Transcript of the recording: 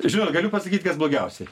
žinot galiu pasakyt kas blogiausiai